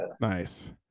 Nice